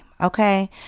okay